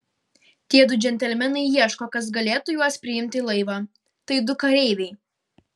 tie du džentelmenai ieško kas galėtų juos priimti į laivą tai du kareiviai